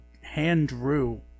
hand-drew